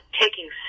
taking